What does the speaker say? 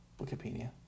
Wikipedia